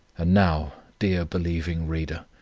and now, dear believing reader,